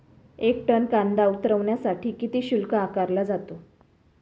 एक टन कांदा उतरवण्यासाठी किती शुल्क आकारला जातो?